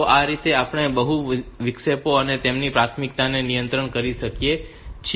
તો આ રીતે આપણે આ બહુવિધ વિક્ષેપો અને તેમની પ્રાથમિકતાઓને નિયંત્રિત કરી શકીએ છીએ